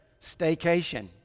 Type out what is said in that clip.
staycation